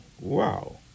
Wow